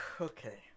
okay